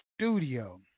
studio